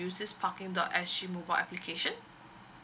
this parking dot s g mobile application